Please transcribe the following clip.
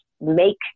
make